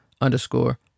underscore